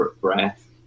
breath